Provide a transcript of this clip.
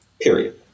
Period